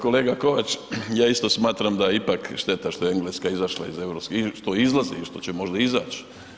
Kolega Kovač, ja isto smatram da je ipak šteta što je Engleska izašla, što izlazi i što će možda izać.